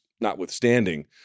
notwithstanding